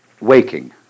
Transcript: waking